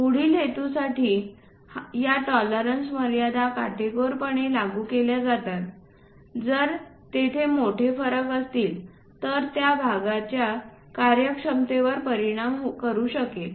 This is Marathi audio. पुढील हेतूसाठी या टॉलरन्स मर्यादा काटेकोरपणे लागू केल्या जातात जर तेथे मोठे फरक असेल तर ते त्या भागाच्या कार्यक्षमतेवर परिणाम करू शकेल